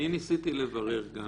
אני ניסיתי לברר את זה גם.